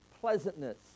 pleasantness